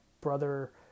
brother